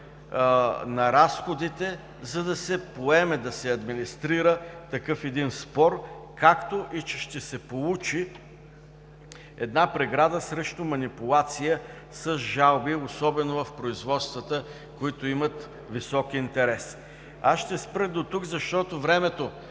на разходите, за да се администрира такъв спор, както и че ще се получи преграда срещу манипулации с жалби, особено в производствата, които имат висок интерес. Ще спра дотук, защото времето